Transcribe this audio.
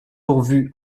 pourvu